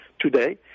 today